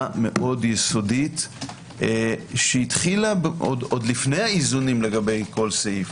מאוד יסודית שהתחילה עוד לפני האיזונים לגבי כל סעיף